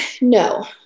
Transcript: no